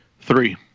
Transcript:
Three